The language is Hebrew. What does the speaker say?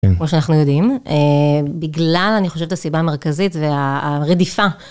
כמו שאנחנו יודעים, בגלל אני חושבת הסיבה המרכזית והרדיפה